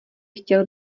chtěl